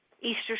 Easter